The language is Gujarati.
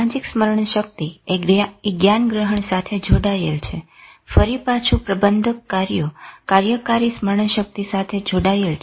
સામાજિક સ્મરણ શક્તિએ જ્ઞાનગ્રહણ સાથે જોડાયેલું છે ફરી પાછું પ્રબંધક કર્યો કાર્યકારી સ્મરણ શક્તિ સાથે જોડાયેલ છે